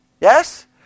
Yes